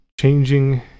changing